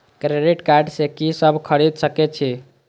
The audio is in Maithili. क्रेडिट कार्ड से की सब खरीद सकें छी?